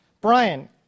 Brian